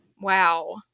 Wow